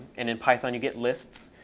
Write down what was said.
and in python, you get lists.